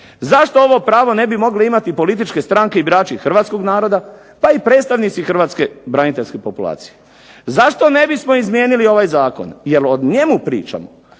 Zašto ovo pravo ne bi mogle imati političke stranke i birači hrvatskog naroda, pa i predstavnici hrvatske braniteljske populacije. Zašto ne bismo izmijenili ovaj zakon jer o njemu pričamo,